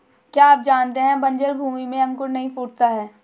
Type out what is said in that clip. क्या आप जानते है बन्जर भूमि में अंकुर नहीं फूटता है?